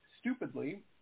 stupidly